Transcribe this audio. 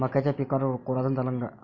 मक्याच्या पिकावर कोराजेन चालन का?